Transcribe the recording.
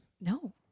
No